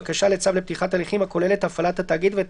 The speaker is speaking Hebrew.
בקשה לצו לפתיחת הליכים הכוללת הפעלת התאגיד ואת